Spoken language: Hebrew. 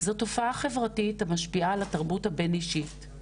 זו תופעה חברתית המשפיעה על התרבות הבינאישית,